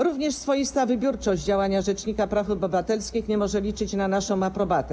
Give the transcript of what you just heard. Również swoista wybiórczość działania rzecznika praw obywatelskich nie może liczyć na naszą aprobatę.